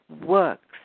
works